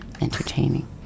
entertaining